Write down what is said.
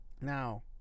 Now